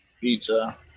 pizza